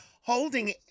holding